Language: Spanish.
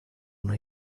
una